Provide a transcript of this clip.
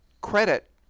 credit